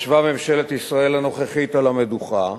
ישבה ממשלת ישראל הנוכחית על המדוכה,